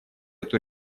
эту